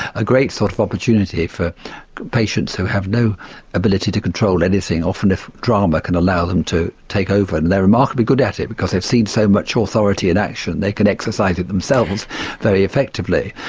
a great sort of opportunity for patients who have no ability to control anything often, if drama can allow them to take over and they are remarkably good at it because they've seen so much authority in action they can exercise it themselves very effectively.